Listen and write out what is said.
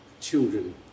children